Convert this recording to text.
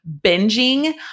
binging